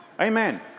Amen